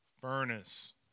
furnace